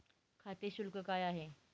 खाते शुल्क काय आहे?